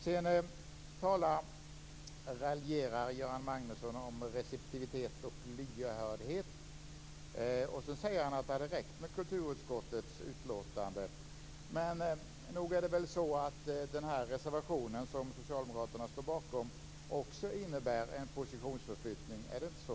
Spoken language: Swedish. Sedan raljerar Göran Magnusson om receptivitet och lyhördhet. Så säger han att det hade räckt med kulturutskottets utlåtande. Men nog är det väl så att den här reservationen som Socialdemokraterna står bakom också innebär en positionsförflyttning? Är det inte så?